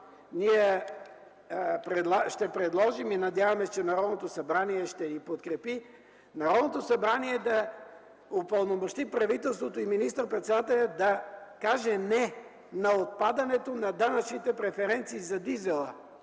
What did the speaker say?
ние ще предложим, и се надяваме, че Народното събрание ще ни подкрепи, Народното събрание да упълномощи правителството и министър-председателят да каже: „Не!” на отпадането на данъчните преференции за дизела.